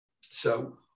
So-